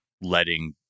letting